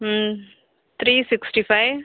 three sixty five